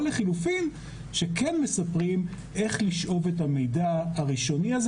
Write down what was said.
או לחילופין שכן מספרים איך לשאוב את המידע הראשוני הזה